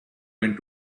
went